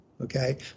okay